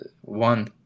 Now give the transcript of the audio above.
one